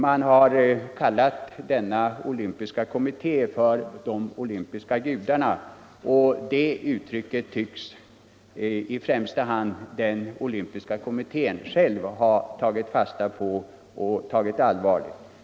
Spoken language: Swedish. Man har kallat denna olympiska kommitté för ”De olympiska gudarna”, och det uttrycket tycks i första hand den olympiska kommittén själv med allvar ha tagit fasta på.